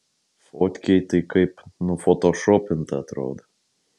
fotkėj tai kaip nufotošopinta atrodo